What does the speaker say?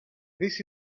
this